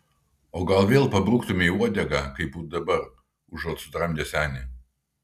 o gal vėl pabruktumei uodegą kaip dabar užuot sutramdęs senį